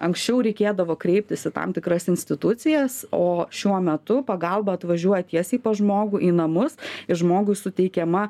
anksčiau reikėdavo kreiptis į tam tikras institucijas o šiuo metu pagalba atvažiuoja tiesiai pas žmogų į namus ir žmogui suteikiama